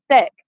sick